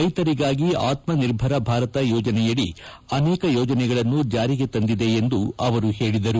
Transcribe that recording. ರೈತರಿಗಾಗಿ ಆತ್ಸನಿರ್ಭರ ಭಾರತ ಯೋಜನೆಯಡಿ ಅನೇಕ ಯೋಜನೆಗಳನ್ನು ಜಾರಿಗೆ ತಂದಿದೆ ಎಂದು ಅವರು ಹೇಳಿದರು